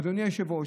אדוני היושב-ראש,